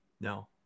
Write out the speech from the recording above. No